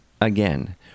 again